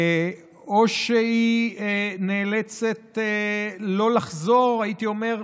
או שהיא נאלצת לא לחזור, הייתי אומר,